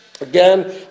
Again